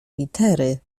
litery